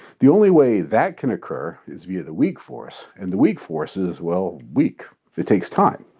the only way that can occur is via the weak force and the weak force is well weak. it takes time.